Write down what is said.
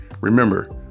remember